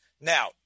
Now